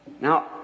Now